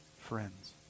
friends